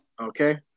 Okay